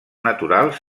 naturals